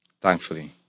Thankfully